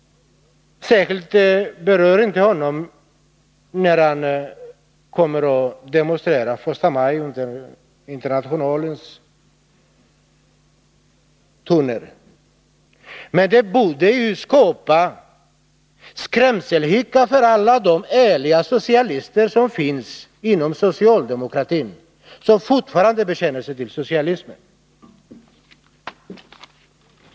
Särskilt berör det honom inte när han första maj kommer att demonstrera till Internationalens toner. Men det borde ge alla de ärliga socialisterna, alla dem som fortfarande bekänner sig till socialismen, inom socialdemokratin skrämselhicka.